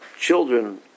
children